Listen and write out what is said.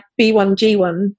B1G1